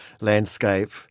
landscape